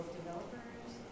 developers